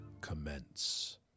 commence